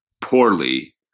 poorly